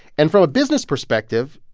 and from a business perspective,